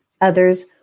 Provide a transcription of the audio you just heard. Others